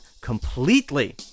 completely